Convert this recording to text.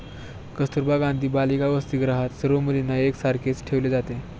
कस्तुरबा गांधी बालिका वसतिगृहात सर्व मुलींना एक सारखेच ठेवले जाते